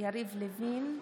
יריב לוין,